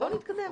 בואו נתקדם.